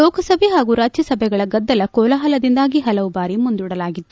ಲೋಕಸಭೆ ಹಾಗೂ ರಾಜ್ಲಸಭೆಗಳಲ್ಲಿ ಗದ್ದಲ ಕೋಲಾಹಲದಿಂದಾಗಿ ಹಲವು ಬಾರಿ ಮುಂದೂಡಲಾಗಿತ್ತು